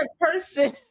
person